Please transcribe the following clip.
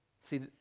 See